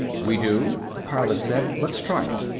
we do, the pilot said. let's try it.